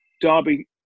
Derby